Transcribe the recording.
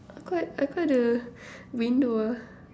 how come how come the window ah